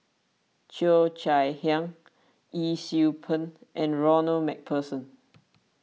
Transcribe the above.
Cheo Chai Hiang Yee Siew Pun and Ronald MacPherson